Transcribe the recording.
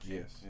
Yes